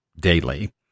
daily